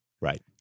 Right